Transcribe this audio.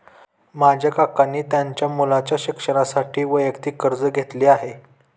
माझ्या काकांनी त्यांच्या मुलाच्या शिक्षणासाठी वैयक्तिक कर्ज घेतले आहे